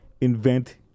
invent